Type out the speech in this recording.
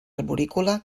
arborícola